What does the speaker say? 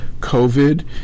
COVID